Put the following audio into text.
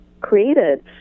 created